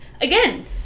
again